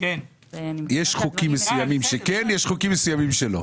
יש חוקים מסוימים שכן ויש חוקים מסוימים שלא.